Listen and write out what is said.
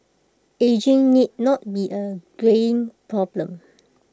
ageing need not be A greying problem